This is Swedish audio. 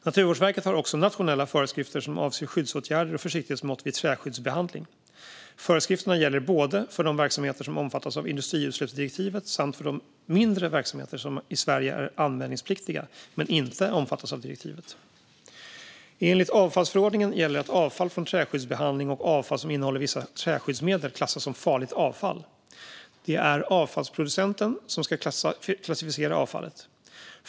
Naturvårdsverket har också nationella föreskrifter som avser skyddsåtgärder och försiktighetsmått vid träskyddsbehandling. Föreskrifterna gäller både för de verksamheter som omfattas av industriutsläppsdirektivet och för de mindre verksamheter som i Sverige är anmälningspliktiga men inte omfattas av direktivet. Enligt avfallsförordningen gäller att avfall från träskyddsbehandling och avfall som innehåller vissa träskyddsmedel klassas som farligt avfall. Det är avfallsproducenten som ska klassificera avfallet.